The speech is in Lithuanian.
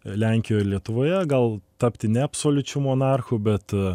lenkijoj ir lietuvoje gal tapti ne absoliučiu monarchu bet